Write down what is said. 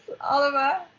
oliver